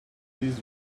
least